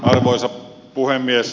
arvoisa puhemies